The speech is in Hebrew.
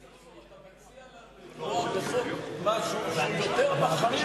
אתה מציע לנו לקבוע בחוק משהו שהוא יותר מחמיר